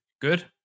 Good